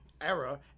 era